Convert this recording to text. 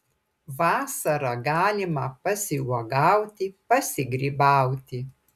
vasarą galima pasiuogauti pasigrybauti